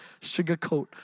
sugarcoat